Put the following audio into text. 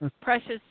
precious